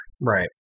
Right